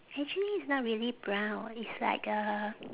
actually it's not really brown it's like a